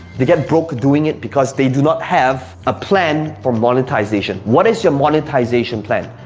they get broke doing it because they do not have a plan for monetization. what is your monetization plan?